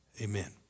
Amen